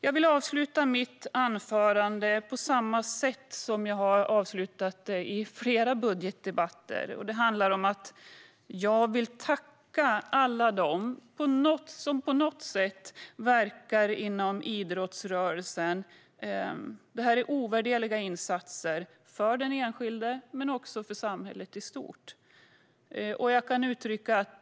Jag vill avsluta mitt anförande på samma sätt som jag har avslutat flera av mina tidigare budgetdebatter: Jag vill tacka alla dem som på något sätt verkar inom idrottsrörelsen. Det här är ovärderliga insatser för den enskilde men också för samhället i stort.